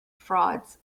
frauds